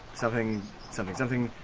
something something something,